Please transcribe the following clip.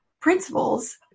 principles